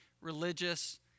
religious